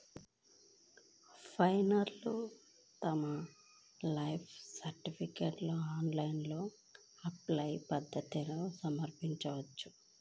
పెన్షనర్లు తమ లైఫ్ సర్టిఫికేట్ను ఆన్లైన్ లేదా ఆఫ్లైన్ పద్ధతుల్లో సమర్పించవచ్చు